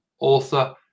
author